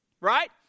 right